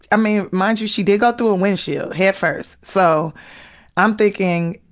i mean, mind you, she did go through a windshield headfirst, so i'm thinking,